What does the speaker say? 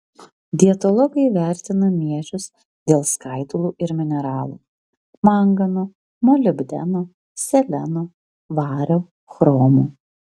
dietologai vertina miežius dėl skaidulų ir mineralų mangano molibdeno seleno vario chromo